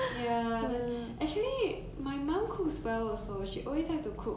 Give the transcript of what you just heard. ya then actually my mom cooks well also she always like to cook